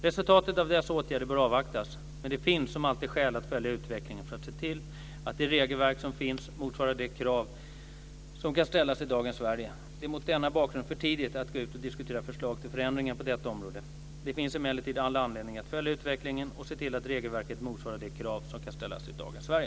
Resultatet av dessa åtgärder bör avvaktas, men det finns som alltid skäl att följa utvecklingen för att se till att det regelverk som finns motsvarar de krav som kan ställas i dagens Sverige. Det är mot denna bakgrund för tidigt att gå ut och diskutera förslag till förändringar på detta område. Det finns emellertid all anledning att följa utvecklingen och se till att regelverket motsvarar de krav som kan ställas i dagens Sverige.